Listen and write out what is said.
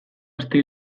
aste